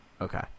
Okay